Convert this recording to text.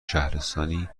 شهرستانی